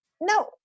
no